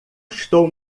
estou